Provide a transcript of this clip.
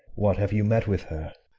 what, have you met with her?